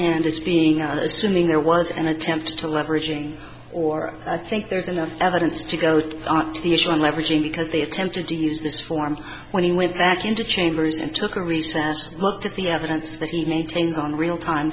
hand as being out assuming there was an attempt to leveraging or i think there's enough evidence to go to the issue of leveraging because they attempted to use this form when he went back into chambers and took a recess looked at the evidence that he maintains on real time